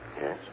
Yes